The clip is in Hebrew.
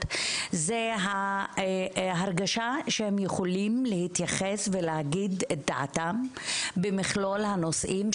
זה ההרגשה שהם יכולים להתייחס ולהגיד את דעתם במכלול הנושאים,